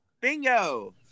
Bingo